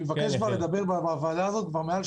אני מבקש לדבר בוועדה הזו כבר מעל שעה.